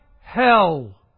hell